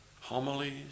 homilies